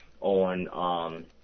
on